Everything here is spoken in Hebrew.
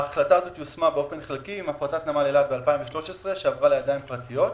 היא יושמה באופן חלקי עם הפרטת נמל חיפה ב-2013 שעברה לידיים פרטיות.